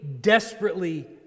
desperately